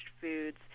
foods